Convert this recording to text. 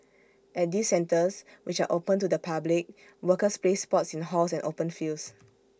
at these centres which are open to the public workers play sports in halls and open fields